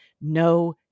no